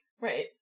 Right